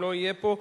ואם לא יהיה פה,